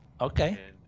Okay